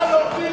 לא נכון.